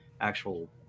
actual